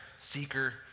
seeker